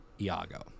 Iago